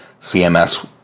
CMS